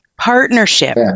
partnership